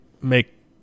make